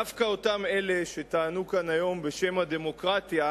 דווקא אותם אלה שטענו כאן היום בשם הדמוקרטיה,